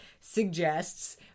suggests